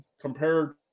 compared